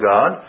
God